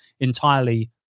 entirely